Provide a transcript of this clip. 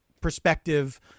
perspective